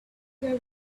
their